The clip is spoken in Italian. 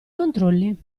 controlli